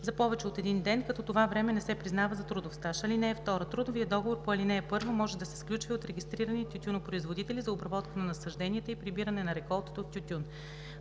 за повече от един ден, като това време не се признава за трудов стаж. (2) Трудовият договор по ал. 1 може да се сключва и от регистрирани тютюнопроизводители за обработка на насажденията и прибиране на реколтата от тютюн.